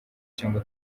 cyangwa